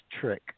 trick